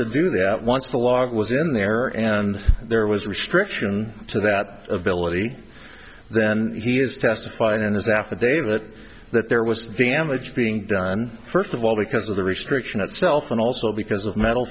to do that once the log was in there and there was restriction to that ability then he has testified in his affidavit that there was damage being done first of all because of the restriction itself and also because of metal